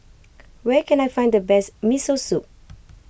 where can I find the best Miso Soup